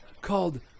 called